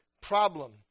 problem